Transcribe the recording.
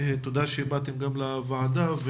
תודה שבאתם לוועדה.